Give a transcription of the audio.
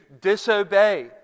disobey